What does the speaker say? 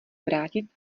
vrátit